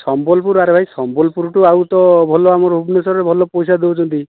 ସମ୍ବଲପୁର ଆରେ ଭାଇ ସମ୍ବଲପୁରଠୁ ଆଉ ତ ଭଲ ଆମର ଭୁବନେଶ୍ୱରରେ ଭଲ ପଇସା ଦେଉଛନ୍ତି